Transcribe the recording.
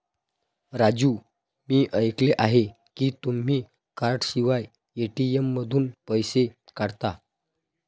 राजू मी ऐकले आहे की तुम्ही कार्डशिवाय ए.टी.एम मधून पैसे काढता